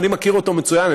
אני מכיר אותו מצוין,